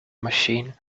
machine